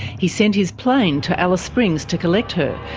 he sent his plane to alice springs to collect her,